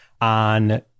on